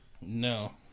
No